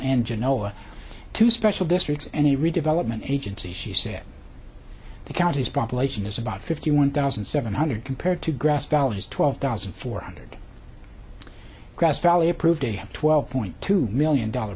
genoa two special districts and the redevelopment agency she said the county's population is about fifty one thousand seven hundred compared to grass valley is twelve thousand four hundred grass valley approved a twelve point two million dollar